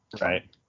Right